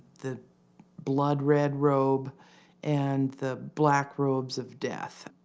the blood red robe and the black robes of death.